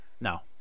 No